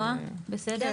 נעה, בסדר?